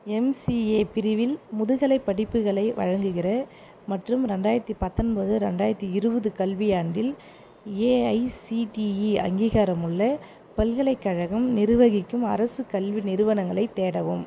MCA பிரிவில் முதுகலைப் படிப்புகளை வழங்குகிற மற்றும் ரெண்டாயிரத்து பத்தொன்பது ரெண்டாயிரத்து இருபது கல்வியாண்டில் ஏஐசிடிஇ அங்கீகாரமுள்ள பல்கலைக்கழகம் நிர்வகிக்கும் அரசு கல்வி நிறுவனங்களைத் தேடவும்